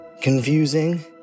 confusing